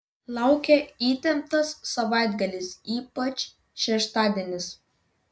laukia įtemptas savaitgalis ypač šeštadienis